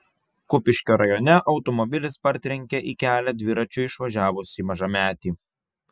kupiškio rajone automobilis partrenkė į kelią dviračiu išvažiavusį mažametį